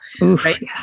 right